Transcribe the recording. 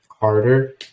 harder